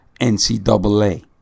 NCAA